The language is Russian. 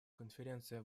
конференция